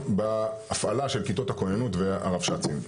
וגם בהפעלה של כיתות הכוננות והרבש"צים.